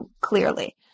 clearly